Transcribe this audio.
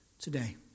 today